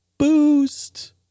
boost